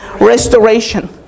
restoration